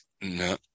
No